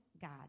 God